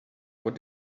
what